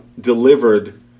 delivered